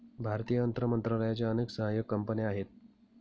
भारतीय अर्थ मंत्रालयाच्या अनेक सहाय्यक कंपन्या आहेत